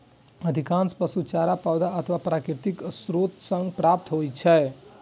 अधिकांश पशु चारा पौधा अथवा प्राकृतिक स्रोत सं प्राप्त होइ छै